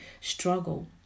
struggle